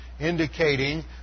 indicating